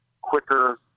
quicker